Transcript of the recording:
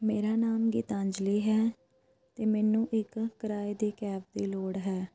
ਮੇਰਾ ਨਾਮ ਗੀਤਾਂਜਲੀ ਹੈ ਅਤੇ ਮੈਨੂੰ ਇੱਕ ਕਿਰਾਏ 'ਤੇ ਕੈਬ ਦੀ ਲੋੜ ਹੈ